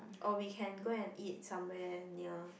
or we can go and eat somewhere near